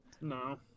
No